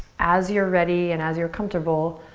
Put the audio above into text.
as you're ready and as you're comfortable,